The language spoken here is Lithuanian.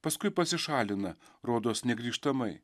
paskui pasišalina rodos negrįžtamai